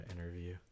interview